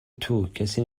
توکسی